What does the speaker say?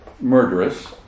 murderous